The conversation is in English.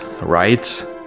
right